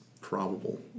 probable